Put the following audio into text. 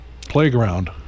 playground